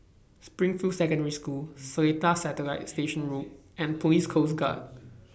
Springfield Secondary School Seletar Satellite Station Road and Police Coast Guard